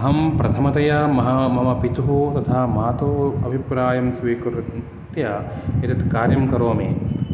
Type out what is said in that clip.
अहं प्रथमतया मम पितुः तथा मातुः अभिप्रायं स्वीकृत्य एतत् कार्यं करोमि